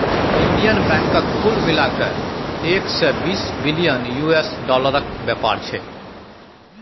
Indian बैंकक कुल मिला कए एक सय बीस बिलियन यु.एस डालरक बेपार छै